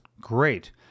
Great